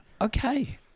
okay